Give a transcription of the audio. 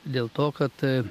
dėl to kad